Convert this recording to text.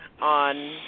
on